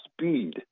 speed